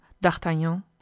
D'Artagnan